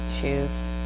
shoes